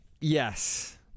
Yes